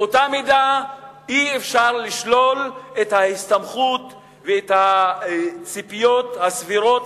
באותה מידה אי-אפשר לשלול את ההסתמכות ואת הציפיות הסבירות